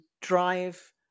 drive